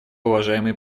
уважаемый